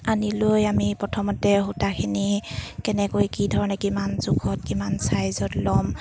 আনি লৈ আমি প্ৰথমতে সূতাখিনি কেনেকৈ কি ধৰণে কিমান জোখত কিমান চাইজত ল'ম